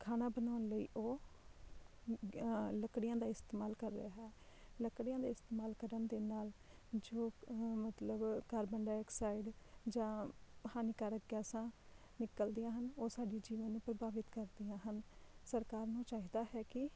ਖਾਣਾ ਬਣਾਉਣ ਲਈ ਉਹ ਲੱਕੜੀਆਂ ਦਾ ਇਸਤੇਮਾਲ ਕਰ ਰਿਹਾ ਹੈ ਲੱਕੜੀਆਂ ਦੇ ਇਸਤੇਮਾਲ ਕਰਨ ਦੇ ਨਾਲ਼ ਜੋ ਮਤਲਬ ਕਾਰਬਨ ਡਾਈਆਕਸਾਈਡ ਜਾਂ ਹਾਨੀਕਾਰਕ ਗੈਸਾਂ ਨਿਕਲਦੀਆਂ ਹਨ ਉਹ ਸਾਡੇ ਜੀਵਨ ਨੂੰ ਪ੍ਰਭਾਵਿਤ ਕਰਦੀਆਂ ਹਨ ਸਰਕਾਰ ਨੂੰ ਚਾਹੀਦਾ ਹੈ ਕਿ